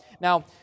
Now